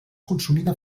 consumida